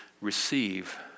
receive